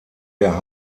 der